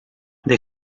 they